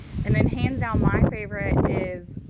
and then hands out. my favorite is,